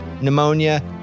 Pneumonia